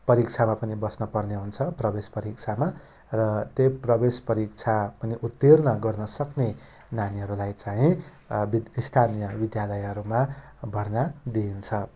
परीक्षामा पनि बस्नपर्ने हुन्छ प्रवेश परीक्षामा र त्यही प्रवेश परीक्षा पनि उत्तीर्ण गर्नसक्ने नानीहरूलाई चाहिँ विद् स्थानीय विद्यालयहरूमा भर्ना दिइन्छ